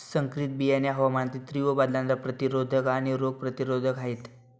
संकरित बियाणे हवामानातील तीव्र बदलांना प्रतिरोधक आणि रोग प्रतिरोधक आहेत